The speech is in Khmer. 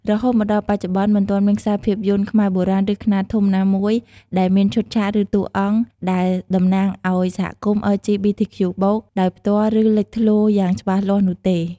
រហូតមកដល់បច្ចុប្បន្ន មិនទាន់មានខ្សែភាពយន្តខ្មែរបុរាណ ឬខ្នាតធំ ណាមួយដែលមានឈុតឆាក ឬតួអង្គដែលតំណាងឱ្យសហគមន៍ អិល ជី ប៊ី ធី ខ្ជូ បូក (LGBTQ+)ដោយផ្ទាល់ឬលេចធ្លោយ៉ាងច្បាស់លាស់នោះទេ។